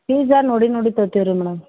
fees ನೋಡಿ ನೋಡಿ ತಗೊತೀವಿ ರೀ ಮೇಡಮ್